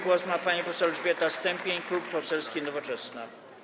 Głos ma pani poseł Elżbieta Stępień, Klub Poselski Nowoczesna.